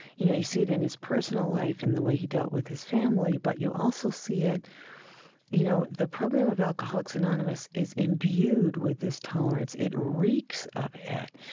you know, you see it in his personal life in the way he dealt with his family, but you also see it you know, the program of alcoholics anonymous is imbued with this tolerance. it reeks of it.